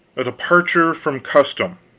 a departure from custom